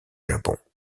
japon